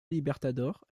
libertadores